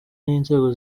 n’inzego